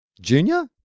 Junior